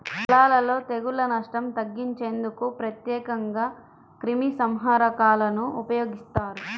పొలాలలో తెగుళ్ల నష్టం తగ్గించేందుకు ప్రత్యేకంగా క్రిమిసంహారకాలను ఉపయోగిస్తారు